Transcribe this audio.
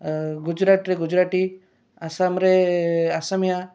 ଗୁଜୁରାଟରେ ଗୁଜୁରାଟୀ ଆସାମରେ ଆସାମିଆ